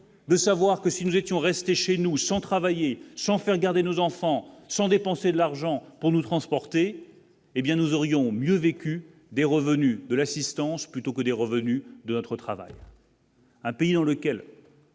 de savoir que si nous étions restés chez nous sans travail et sans faire garder nos enfants sans dépenser de l'argent pour nous transporter, hé bien nous aurions mieux vécu des revenus de l'assistance, plutôt que des revenus de notre travail. Un pays dans lequel.